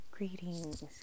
Greetings